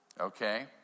Okay